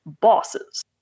Bosses